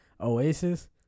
oasis